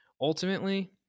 ultimately